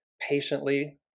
patiently